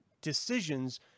decisions